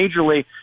majorly